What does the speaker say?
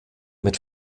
mit